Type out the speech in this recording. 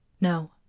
No